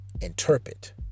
interpret